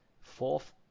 fourth